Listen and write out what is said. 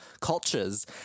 cultures